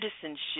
citizenship